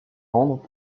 rendre